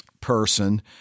person